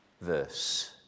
verse